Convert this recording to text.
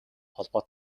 холбоо